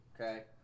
okay